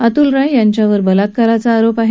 अतुल राय यांच्यावर बलात्काराचा आरोप आहे